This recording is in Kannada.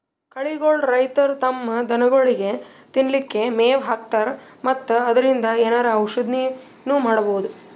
ಕಳಿಗೋಳ್ ರೈತರ್ ತಮ್ಮ್ ದನಗೋಳಿಗ್ ತಿನ್ಲಿಕ್ಕ್ ಮೆವ್ ಹಾಕ್ತರ್ ಮತ್ತ್ ಅದ್ರಿನ್ದ್ ಏನರೆ ಔಷದ್ನು ಮಾಡ್ಬಹುದ್